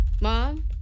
Mom